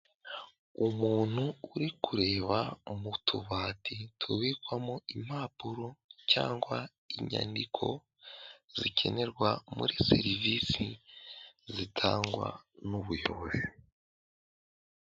Umuntu uri kureba mu tubati tubikwamo impapuro cyangwa inyandiko zikenerwa muri serivisi zitangwa n'ubuyobozi.